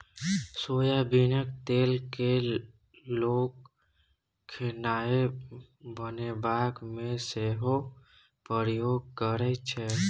सोयाबीनक तेल केँ लोक खेनाए बनेबाक मे सेहो प्रयोग करै छै